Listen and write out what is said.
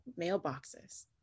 mailboxes